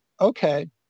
okay